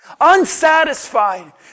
unsatisfied